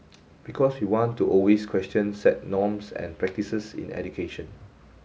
because we want to always question set norms and practices in education